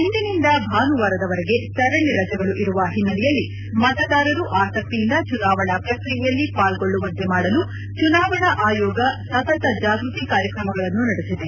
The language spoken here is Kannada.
ಇಂದಿನಿಂದ ಭಾನುವಾರದವರೆಗೆ ಸರಣಿ ರಜೆಗಳು ಇರುವ ಹಿನ್ನೆಲೆಯಲ್ಲಿ ಮತದಾರರು ಆಸಕ್ತಿಯಿಂದ ಚುನಾವಣಾ ಶ್ರಕ್ರಿಯೆಯಲ್ಲಿ ಪಾಲ್ಗೊಳ್ಳುವಂತೆ ಮಾಡಲು ಚುನಾವಣಾ ಆಯೋಗ ಸತತ ಜಾಗೃತಿ ಕಾರ್ಯಕ್ರಮಗಳನ್ನು ನಡೆಸಿದೆ